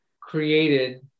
created